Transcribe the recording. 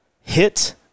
Hit